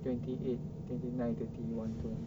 twenty eight twenty nine thirty one two